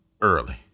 early